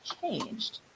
changed